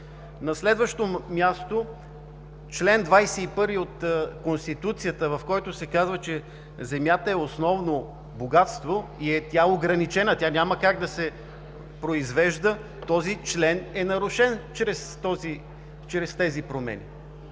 На следващо място, в чл. 21 от Конституцията се казва, че земята е основно богатство и е ограничена, няма как да се произвежда – този член е нарушен чрез тези промени.